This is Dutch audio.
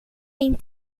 een